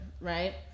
right